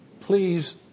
Please